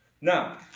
Now